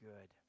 good